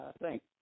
Thanks